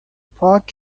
park